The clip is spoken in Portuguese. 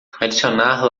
adicionar